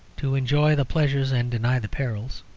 to enjoy the pleasures and deny the perils.